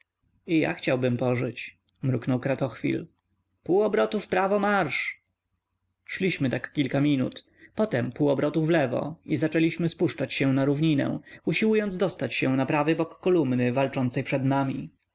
i ja chciałbym pożyć mruknął kratochwil pół obrotu wprawo marsz szliśmy tak kilka minut potem pół obrotu wlewo i zaczęliśmy spuszczać się na równinę usiłując dostać się na prawy bok kolumny walczącej przed nami